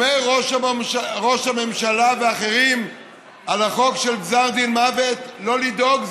אומר ראש הממשלה ואחרים על החוק של גזר דין מוות: לא לדאוג,